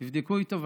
תבדקו איתו בבקשה.